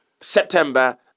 September